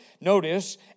Notice